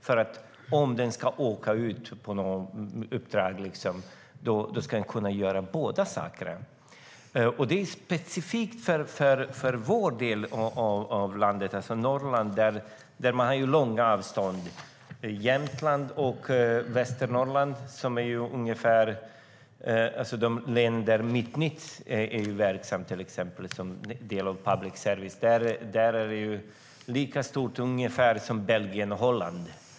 En fotograf som åker ut på ett uppdrag ska kunna göra både och. Det gäller specifikt för vår del av landet, alltså Norrland, där vi har långa avstånd. Jämtland och Västernorrland, där Mittnytt är verksamt som en del av public service, är till ytan ungefär lika stort som Belgien och Holland.